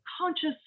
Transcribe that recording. conscious